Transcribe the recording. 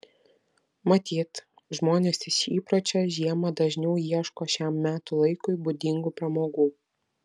matyt žmonės iš įpročio žiemą dažniau ieško šiam metų laikui būdingų pramogų